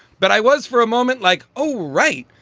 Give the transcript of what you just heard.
but i was for a moment like, oh, right.